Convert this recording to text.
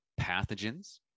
pathogens